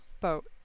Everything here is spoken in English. boat